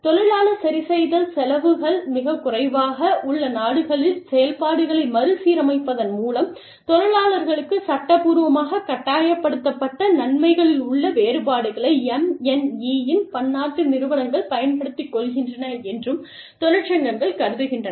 தொழிலாளர் சரிசெய்தல் செலவுகள் மிகக் குறைவாக உள்ள நாடுகளில் செயல்பாடுகளை மறுசீரமைப்பதன் மூலம் தொழிலாளர்களுக்கு சட்டப்பூர்வமாகக் கட்டாயப்படுத்தப்பட்ட நன்மைகளில் உள்ள வேறுபாடுகளை MNE இன் பன்னாட்டு நிறுவனங்கள் பயன்படுத்திக் கொள்கின்றன என்றும் தொழிற்சங்கங்கள் கருதுகின்றன